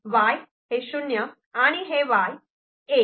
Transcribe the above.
Y 0 आणि हे Y 1